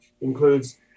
includes